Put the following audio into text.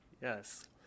Yes